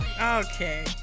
okay